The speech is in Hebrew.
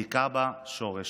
הכה בה שורש